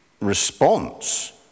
response